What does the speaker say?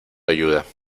ayuda